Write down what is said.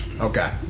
Okay